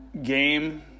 Game